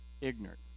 ignorant